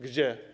Gdzie?